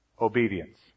obedience